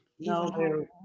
no